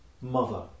Mother